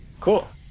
Cool